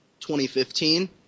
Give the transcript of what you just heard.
2015